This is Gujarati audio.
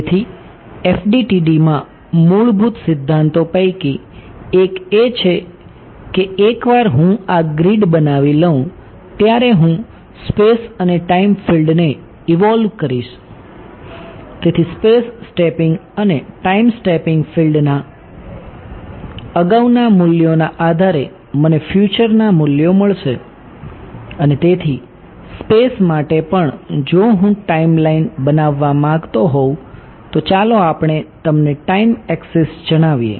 તેથી FDTDમાં મૂળભૂત સિદ્ધાંતો પૈકી એક એ છે કે એકવાર હું આ ગ્રિડ બનાવી લઉં ત્યારે હું સ્પેસ કહીએ